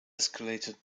escalator